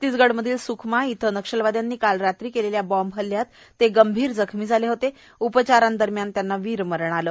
छतीसगड मधील सुखमा इथं नक्षलवाद्यांनी काल रात्री केलेल्या बॉम्ब हल्ल्यात ते गंभीर जखमी झाले होते उपचारांदरम्यान त्यांना विरमरण आलं